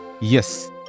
Yes